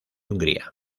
hungría